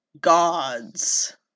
GODS